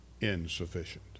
insufficient